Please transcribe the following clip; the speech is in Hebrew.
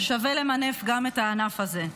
שווה למנף גם את הענף הזה.